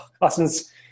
Austin's